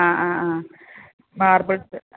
ആ ആ ആ മാർബിൾ